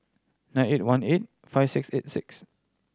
nine eight one eight five six eight six